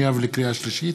לקריאה שנייה ולקריאה שלישית,